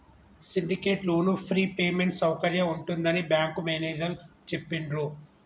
syndicate లోను free payment సౌకర్యం ఉంటుందని బ్యాంకు మేనేజేరు చెప్పిండ్రు